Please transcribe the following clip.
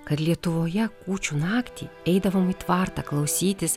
kad lietuvoje kūčių naktį eidavom į tvartą klausytis